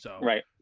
Right